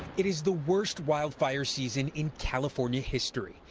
it is the worst wildfire season in california history.